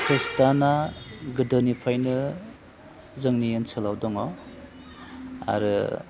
खृष्टाना गोदोनिफ्रायनो जोंनि ओनसोलाव दङ आरो